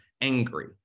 angry